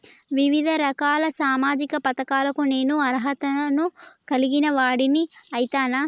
వివిధ రకాల సామాజిక పథకాలకు నేను అర్హత ను కలిగిన వాడిని అయితనా?